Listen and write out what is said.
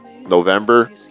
November